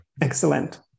excellent